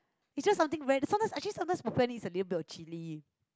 is just something where this sometimes I think actually sometimes popiah need a little bit of chilli